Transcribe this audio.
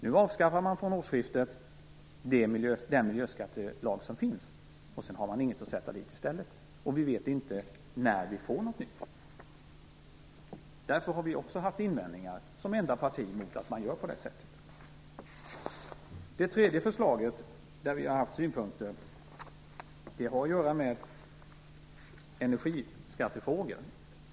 Nu avskaffar man från årsskiftet den miljöskattelag som finns, och sedan har man inget att sätta i stället. Vi vet inte när vi får något nytt. Därför har vi också haft invändningar, som enda parti, mot att man gör på det sättet. Det tredje förslaget där vi har haft synpunkter har att göra med energiskattefrågor.